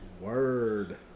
Word